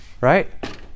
Right